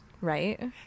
right